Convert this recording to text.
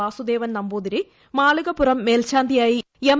വാസുദേവൻ നമ്പൂതിരി മാളികപ്പുറം മേൽശാന്തിയായി എം